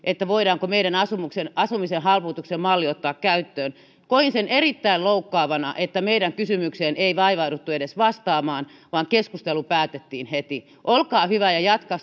voidaanko meidän asumisen asumisen halpuutuksen mallimme ottaa käyttöön koin sen erittäin loukkaavana että meidän kysymykseemme ei vaivauduttu edes vastaamaan vaan keskustelu päätettiin heti olkaa hyvä